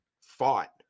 fought